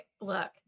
look